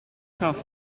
cough